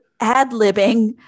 ad-libbing